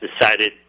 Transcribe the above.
decided